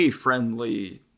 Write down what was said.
friendly